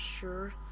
sure